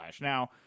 Now